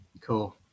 Cool